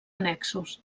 annexos